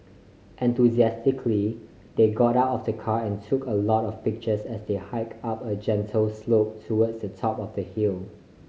enthusiastically they got out of the car and took a lot of pictures as they hike up a gentle slope towards the top of the hill